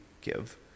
give